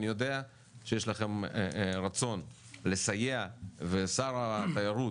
אני יודע שיש לכם רצון לסייע ושר התיירות